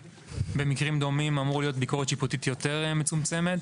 במקרים דומים אמורה להיות ביקורת שיפוטית יותר מצומצמת.